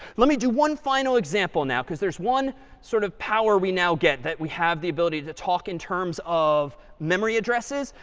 let me do one final example now because there's one sort of power we now get that we have the ability to talk in terms of memory addresses.